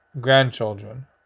grandchildren